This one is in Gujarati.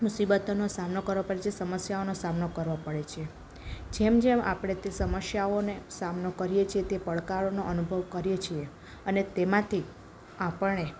મુસીબતોનો સામનો કરવો પડે છે સમસ્યાઓનો સામનો કરવો પડે છે જેમ જેમ આપણે તે સમસ્યાઓને સામનો કરીએ છીએ તે પડકારોનો અનુભવ કરીએ છીએ અને તેમાંથી આપણે